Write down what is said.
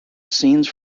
scenes